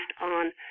on